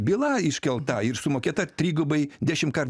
byla iškelta ir sumokėta trigubai dešimtkart